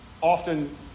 often